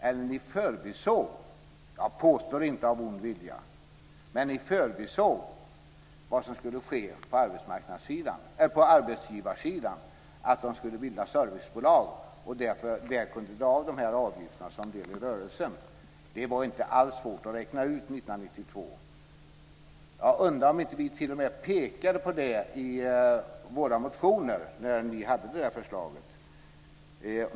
Men ni förbisåg - jag påstår inte att det var av ond vilja - vad som skulle ske på arbetsgivarsidan, att man skulle bilda servicebolag och där kunde dra av avgifterna som del i rörelsen. Det var inte alls svårt att räkna ut detta 1992. Jag undrar om vi inte t.o.m. pekade på detta i våra motioner när ni lade fram förslaget.